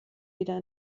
wieder